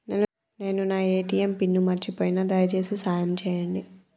నేను నా ATM pin మర్చిపోయిన, దయచేసి సాయం చేయండి